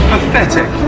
Pathetic